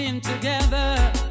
together